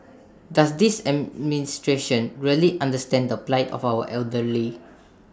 does this administration really understand the plight of our elderly